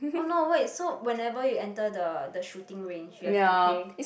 oh no wait so whenever you enter the the shooting range you have to pay